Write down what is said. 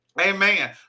Amen